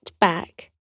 back